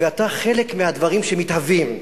ואתה חלק מהדברים שמתהווים.